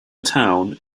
town